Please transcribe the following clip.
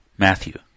Matthew